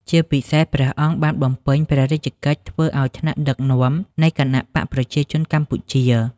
ជាពិសេសព្រះអង្គបាន បំពេញព្រះរាជកិច្ចធ្វើឱ្យថ្នាក់ដឹកនាំ នៃគណបក្សប្រជាជនកម្ពុជា។